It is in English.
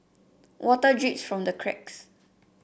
water drips from the cracks